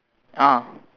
ah